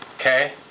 okay